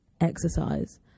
exercise